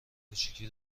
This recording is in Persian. کوچیکی